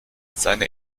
seine